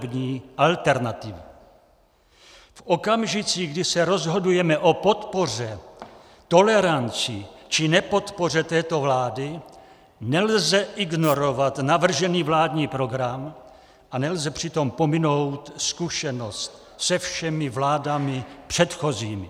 V okamžicích, kdy se rozhodujeme o podpoře, toleranci či nepodpoře této vlády, nelze ignorovat navržený vládní program a nelze přitom pominout zkušenost se všemi vládami předchozími.